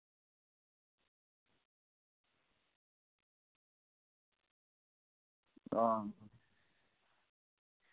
हां